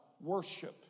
worship